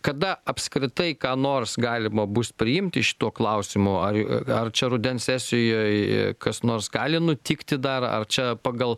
kada apskritai ką nors galima bus priimti šituo klausimu ar ar čia rudens sesijoj kas nors gali nutikti dar čia pagal